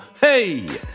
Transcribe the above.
Hey